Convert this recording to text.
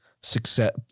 success